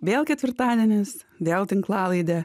vėl ketvirtadienis vėl tinklalaidė